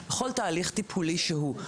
בכל תהליך טיפולי שהוא.